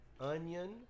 onion